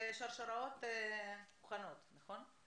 והשרשראות מוכנות, נכון?